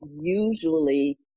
usually